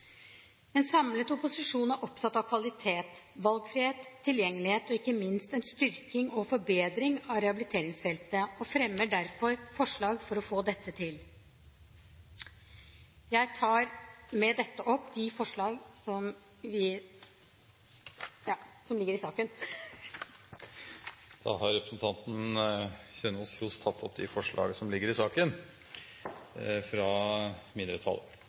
En samlet opposisjon er opptatt av kvalitet, valgfrihet, tilgjengelighet og ikke minst en styrking og forbedring av rehabiliteringsfeltet og fremmer derfor forslag for å få dette til. Jeg tar med dette opp mindretallets forslag i innstillingen. Representanten Kari Kjønaas Kjos har tatt opp det forslaget hun refererte til. Til tross for at rehabilitering er løftet fram av flere som